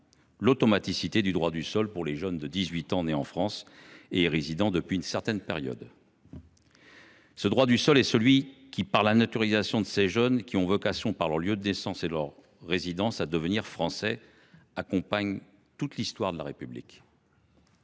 l’automaticité du droit du sol pour les jeunes de 18 ans nés en France et y résidant depuis une certaine période. Le droit du sol, manifesté par la naturalisation de ces jeunes qui ont vocation, par leur lieu de naissance et leur résidence, à devenir Français, accompagne toute l’histoire de la République